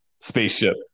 spaceship